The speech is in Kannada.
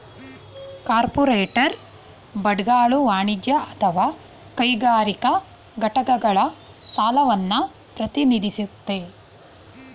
ಕಾರ್ಪೋರೇಟ್ ಬಾಂಡ್ಗಳು ವಾಣಿಜ್ಯ ಅಥವಾ ಕೈಗಾರಿಕಾ ಘಟಕಗಳ ಸಾಲವನ್ನ ಪ್ರತಿನಿಧಿಸುತ್ತೆ